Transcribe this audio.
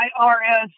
IRS